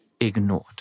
ignored